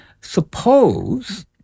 Suppose